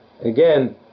again